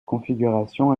configuration